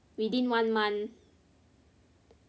within one month